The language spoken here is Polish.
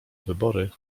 wybory